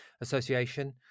association